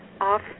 off